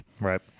Right